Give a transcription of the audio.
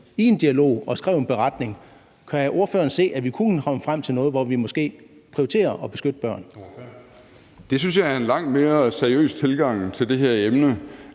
i en dialog, og skrev en beretning. Kan ordføreren se, at vi kunne komme frem til noget, hvor vi måske prioriterer at beskytte børn? Kl. 14:03 Anden næstformand (Jeppe Søe): Ordføreren.